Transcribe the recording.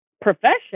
profession